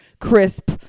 crisp